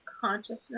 consciousness